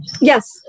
Yes